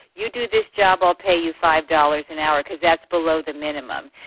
you do this job, i'll pay you five dollars an hour because that's below the minimum.